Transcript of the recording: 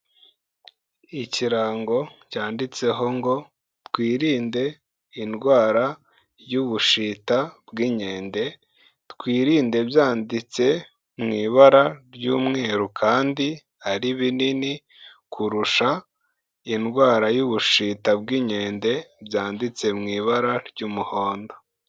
Ikirango cyanditseho ngo twirinde indwara y'ubushita bw'inkende, twirinde byanditse mu ibara ry'umweru kandi ari binini, kurusha indwara y'ubushita bw'inkende byanditse mu ibara ry'umuhondo.